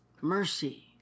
mercy